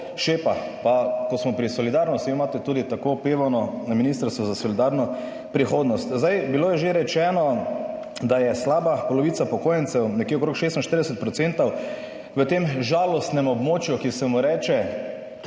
šepa. Pa ko smo pri solidarnosti, imate tudi tako opevano na Ministrstvu za solidarno prihodnost. Bilo je že rečeno, da je slaba polovica upokojencev, nekje okrog 46 % v tem žalostnem območju, ki se mu reče